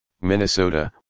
Minnesota